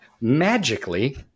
magically